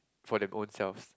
for their ownself